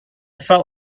felt